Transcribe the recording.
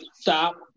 stop